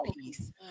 peace